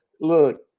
Look